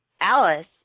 Alice